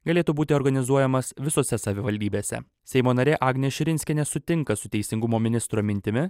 galėtų būti organizuojamas visose savivaldybėse seimo narė agnė širinskienė sutinka su teisingumo ministro mintimi